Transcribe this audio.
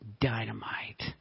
dynamite